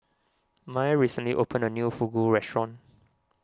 Mai recently opened a new Fugu restaurant